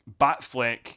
Batfleck